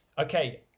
Okay